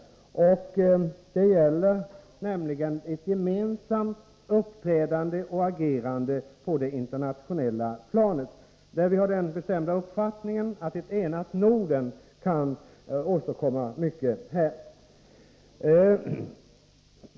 Det gäller nämligen ett gemensamt uppträdande och agerande på det internationella planet. Vi har den bestämda uppfattningen att ett enat Norden kan åstadkomma mycket här.